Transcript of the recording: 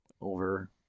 over